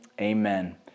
amen